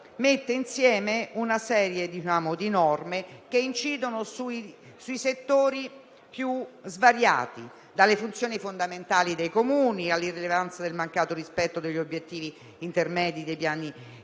mette insieme una serie di norme che incidono sui settori più svariati: dalle funzioni fondamentali dei Comuni, all'irrilevanza del mancato rispetto degli obiettivi intermedi dei piani di